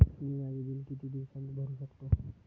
मी माझे बिल किती दिवसांत भरू शकतो?